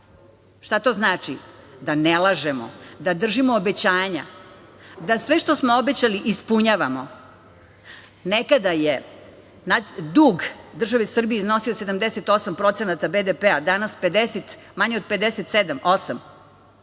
Šta to znači? Znači da ne lažemo, da držimo obećanja, da sve što smo obećali ispunjavamo. Nekada je dug države Srbije iznosio 78% BDP, danas manje od 57.Još